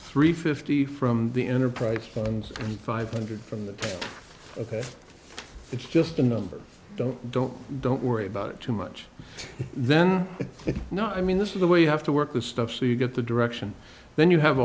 three fifty from the enterprise and five hundred from the ok it's just a number don't don't don't worry about it too much then you know i mean this is the way you have to work with stuff so you get the direction then you have